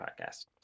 podcast